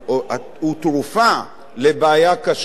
הוא תרופה לבעיה קשה,